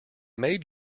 made